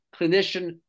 clinician